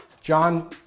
John